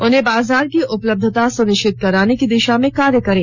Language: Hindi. उन्हें बाजार की उपलब्धता सुनिश्चित कराने की दिशा में कार्य करें